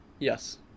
Yes